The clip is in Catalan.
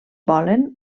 volen